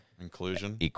Inclusion